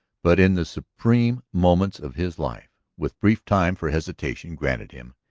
but in the supreme moments of his life, with brief time for hesitation granted him,